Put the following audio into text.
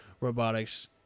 robotics